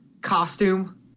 costume